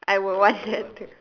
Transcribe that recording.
I would want that too